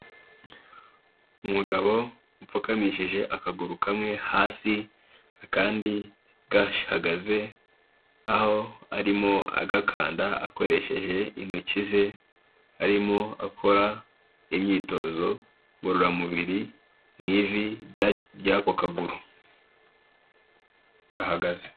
Umugabo upfukamishije akaguru kamwe hasi akandi gahagaze, aho arimo agakanda akoresheje intoki ze, arimo akora imyitozo ngororamubiri mu ivi ry'ako kaguru gahagaze.